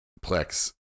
Plex